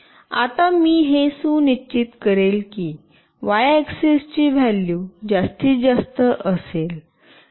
आता मी हे सुनिश्चित करेल की वाय ऍक्सेस चे व्हॅल्यू जास्तीत जास्त असेल